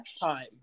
Time